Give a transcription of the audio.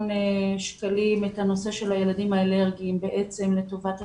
שקלים את נושא הילדים האלרגיים לטובת הסייעות.